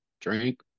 drink